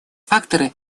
факторы